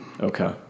Okay